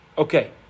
Okay